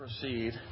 Proceed